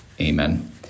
Amen